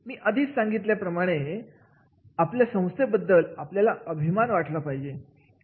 मी आधीच सांगितले आहे आपल्या संस्थे बद्दल आपल्याला अभिमान वाटला पाहिजे